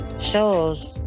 shows